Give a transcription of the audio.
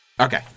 Okay